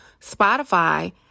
Spotify